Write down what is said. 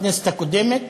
בכנסת הקודמת,